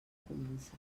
començar